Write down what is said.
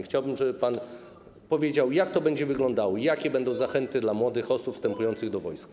Chciałbym, żeby pan powiedział, jak to będzie wyglądało, jakie będą zachęty dla młodych osób wstępujących do wojska.